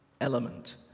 element